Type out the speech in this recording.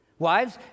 Wives